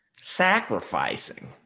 Sacrificing